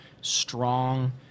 strong